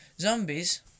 Zombies